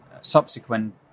subsequent